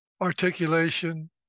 articulation